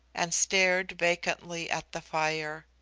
and stared vacantly at the fire.